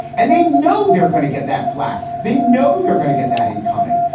and they know they're going to get that flak. they know they're going to get that in coming.